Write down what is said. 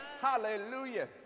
hallelujah